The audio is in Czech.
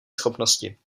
schopnosti